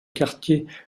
quartier